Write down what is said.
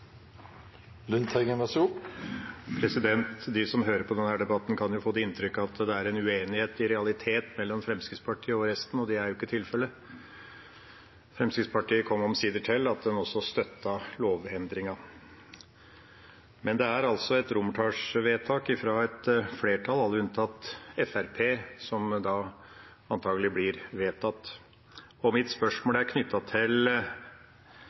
De som hører på denne debatten, kan få det inntrykket at det er en uenighet i realitet mellom Fremskrittspartiet og resten. Det er jo ikke tilfellet. Fremskrittspartiet kom omsider til at de også støtter lovendringen. Men det er altså et romertallsvedtak fra et flertall, alle unntatt Fremskrittspartiet, som antakelig blir vedtatt, og mitt spørsmål er knyttet til